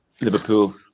Liverpool